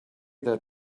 that